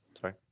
Sorry